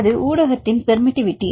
அது ஊடகத்தின் பெர்மிட்டிவிட்டி